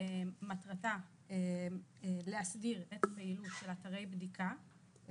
מטרתה להסדיר את הפעילות של אתרי הבדיקה,